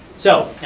so,